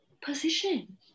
position